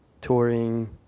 touring